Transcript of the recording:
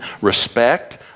respect